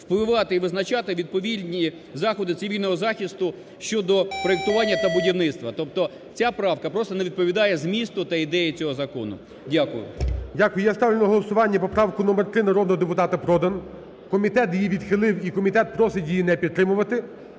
впливати і визначати відповідні заходи цивільного захисту щодо проектування та будівництва. Тобто ця правка просто не відповідає змісту та ідеї цього закону. Дякую. ГОЛОВУЮЧИЙ. Дякую. Я ставлю на голосування поправку номер три народного депутата Продан. Комітет її відхилив і комітет просить її не підтримувати.